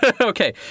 Okay